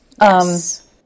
Yes